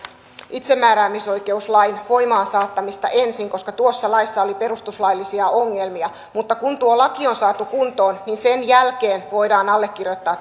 itsemääräämisoikeuslain voimaansaattamista ensin koska tuossa laissa oli perustuslaillisia ongelmia mutta kun tuo laki on saatu kuntoon niin sen jälkeen voidaan allekirjoittaa